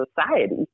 society